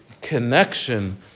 connection